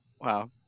Wow